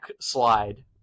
slide